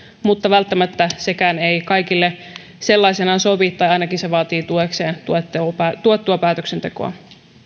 mutta välttämättä sekään ei kaikille sellaisenaan sovi tai ainakin se vaatii tuekseen tuettua tuettua päätöksentekoa